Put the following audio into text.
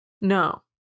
No